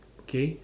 okay